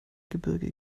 gebirge